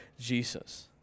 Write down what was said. Jesus